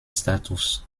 status